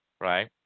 Right